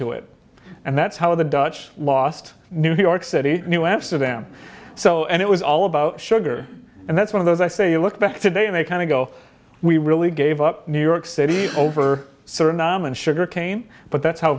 to it and that's how the dutch lost new york city us to them so and it was all about sugar and that's one of those i say you look back today and they kind of go we really gave up new york city over certain naaman sugarcane but that's how